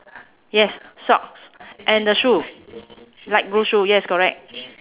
yes socks and the shoe light blue shoe yes correct